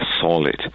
solid